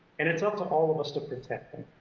and it's up to all of us to protect them,